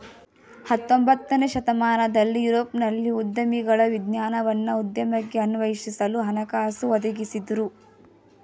ಹತೊಂಬತ್ತನೇ ಶತಮಾನದಲ್ಲಿ ಯುರೋಪ್ನಲ್ಲಿ ಉದ್ಯಮಿಗಳ ವಿಜ್ಞಾನವನ್ನ ಉದ್ಯಮಕ್ಕೆ ಅನ್ವಯಿಸಲು ಹಣಕಾಸು ಒದಗಿಸಿದ್ದ್ರು